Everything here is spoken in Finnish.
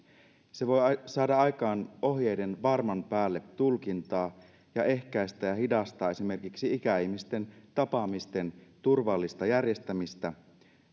se voi saada aikaan ohjeiden tulkintaa varman päälle ja ehkäistä ja hidastaa esimerkiksi ikäihmisten tapaamisten turvallista järjestämistä